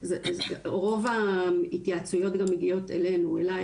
רוב ההתייעצויות גם מגיעות אלינו אליי